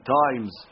times